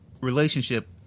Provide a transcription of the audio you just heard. relationship